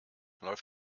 läuft